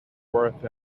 forth